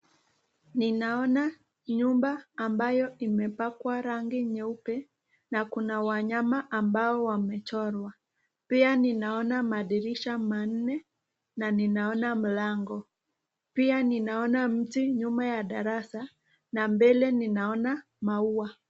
Ninaona nyumba ambayo imepakwa rangi nyeupe na kuna wanyama ambao wamechorwa. Pia ninaona madirisha manne na ninaona mlango. Pia ninaona mti nyuma ya darasa na mbele ninaona maua.